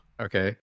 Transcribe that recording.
Okay